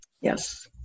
Yes